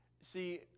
See